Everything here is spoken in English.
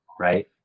right